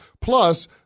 Plus